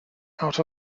out